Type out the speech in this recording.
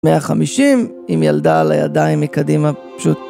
150, עם ילדה על הידיים מקדימה פשוט.